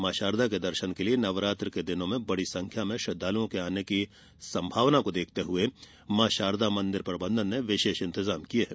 माँ शारदा के दर्षन के लिए नवरात्रि के दिनों में बड़ी संख्या में श्रद्वालुओ के आने की सम्भावना को देखते हुये मां शारदा मंदिर प्रबंधन ने विशेष इंतजाम किए हैं